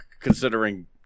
considering